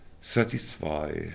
satisfy